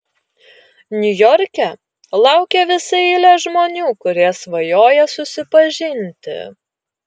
niujorke laukia visa eilė žmonių kurie svajoja susipažinti